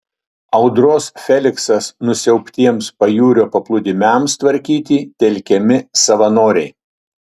audros feliksas nusiaubtiems pajūrio paplūdimiams tvarkyti telkiami savanoriai